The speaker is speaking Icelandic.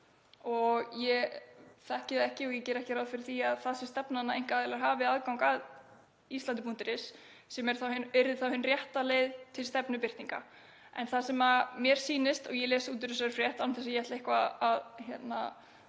Ég þekki það ekki en ég geri ekki ráð fyrir því að það sé stefnan að einkaaðilar hafi aðgang að island.is sem yrði þá hin rétta leið til stefnubirtinga. En það sem mér sýnist og ég les út úr þessari frétt, án þess að ég ætli eitthvað að tjá